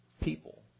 people